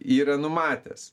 yra numatęs